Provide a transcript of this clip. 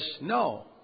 No